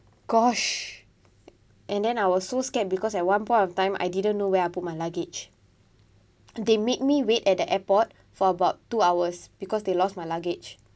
gosh and then I was so scared because at one point of time I didn't know where I put my luggage they made me wait at the airport for about two hours because they lost my luggage ya